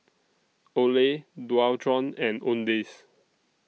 Olay Dualtron and Owndays